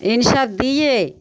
इन्साफ दियै